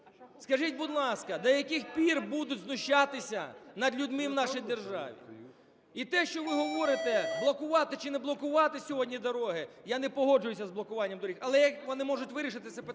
Скажіть, будь ласка, до яких пір будуть знущатися над людьми в нашій державі. І те, що ви говорите, блокувати чи не блокувати сьогодні дороги, я не погоджуюся з блокуванням доріг, але вони можуть вирішити це питання.